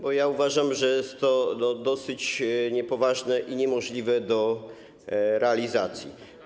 Bo uważam, że jest to dosyć niepoważne i niemożliwe do realizacji.